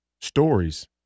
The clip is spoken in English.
stories